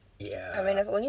ya